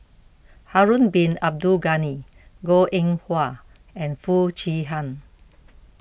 Harun Bin Abdul Ghani Goh Eng Wah and Foo Chee Han